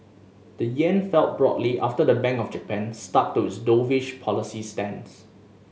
the yen fell broadly after the Bank of Japan stuck to its dovish policy stance